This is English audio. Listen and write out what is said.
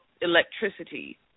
electricity